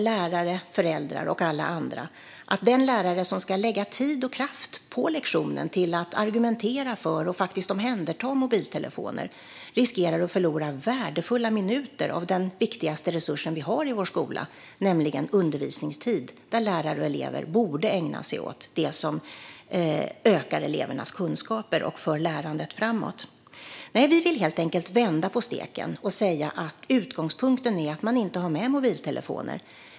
Lärare, föräldrar och alla andra vet också att den lärare som ska lägga tid och kraft på lektionen till att argumentera om detta och rent av omhänderta mobiltelefoner riskerar att förlora värdefulla minuter av den viktigaste resurs vi har i skolan, nämligen undervisningstid. Där borde lärare och elever ägna sig åt det som ökar elevernas kunskaper och för lärandet framåt. Vi vill helt enkelt vända på steken och säga att utgångspunkten är att man inte har med mobiltelefoner.